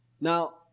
Now